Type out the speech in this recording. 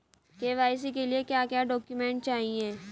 KYC के लिए क्या क्या डॉक्यूमेंट चाहिए?